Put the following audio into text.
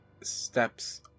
steps